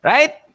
Right